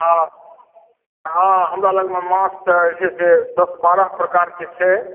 हँ हँ हमरा लगमे माछ तऽ जे छै से दस बारह प्रकारके छै